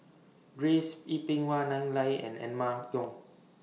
Grace Yin Peck Nai and Emma Yong